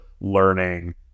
learning